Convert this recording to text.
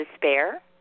despair